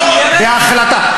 בהחלטה,